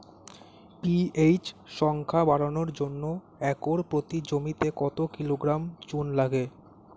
PH সংখ্যা বাড়ানোর জন্য একর প্রতি জমিতে কত কিলোগ্রাম চুন লাগে?